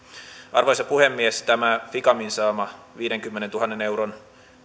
arvoisa puhemies tämä ficamin saama viidenkymmenentuhannen euron